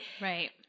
Right